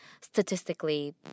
statistically